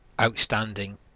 outstanding